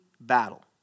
battle